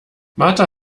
martha